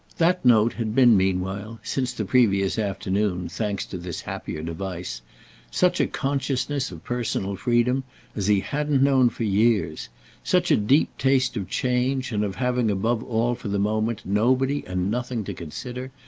that note had been meanwhile since the previous afternoon, thanks to this happier device such a consciousness of personal freedom as he hadn't known for years such a deep taste of change and of having above all for the moment nobody and nothing to consider,